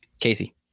Casey